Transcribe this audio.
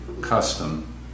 custom